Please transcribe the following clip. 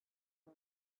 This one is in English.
you